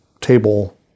table